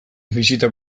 bisita